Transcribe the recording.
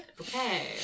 Okay